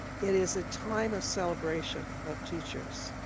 it is a time of celebration of teachers.